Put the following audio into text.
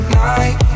night